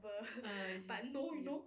uh ya ya